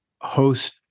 host